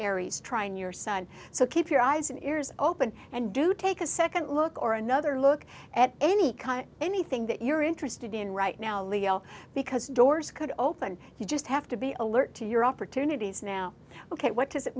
aries trying your son so keep your eyes and ears open and do take a second look or another look at any kind anything that you're interested in right now leo because doors could open you just have to be alert to your opportunities now ok what does it